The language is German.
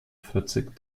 vierzig